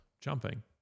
jumping